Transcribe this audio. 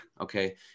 Okay